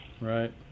Right